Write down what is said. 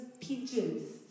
pigeons